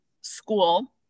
school